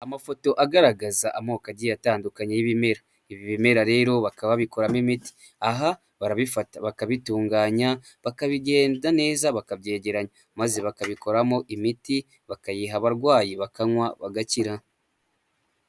Amafoto agaragaza amoko agiye atandukanye y'ibimera. Ibi bimera rero bakaba babikoramo imiti. Aha barabifata bakabitunganya bakabigenza neza bakabyegeranya. maze bakabikoramo imiti bakayiha abarwayi bakanywa bagakira.